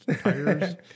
tires